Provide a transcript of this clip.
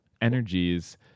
energies